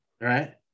Right